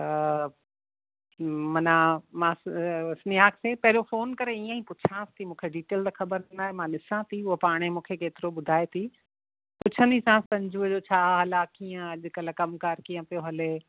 मना मां स्नेहा खे पहिरीं फ़ोन करे ईअंई पुछांस थी मूंखे डिटेल त ख़बर न आहे मां ॾिसां थी हूअ पाण ई मूंखे केतिरो ॿुधाए थू पुछंदीसास संजू जो छा हाल आहे कीअं अॼकल्ह कमकार कीअं पियो हले